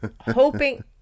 hoping